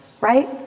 right